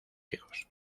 hijos